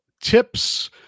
tips